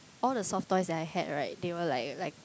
all the soft toys that I had right they were like like